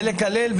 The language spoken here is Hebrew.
לקלל,